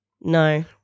No